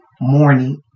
morning